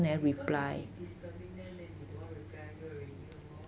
because you keep disturbing them then they don't want reply you already lor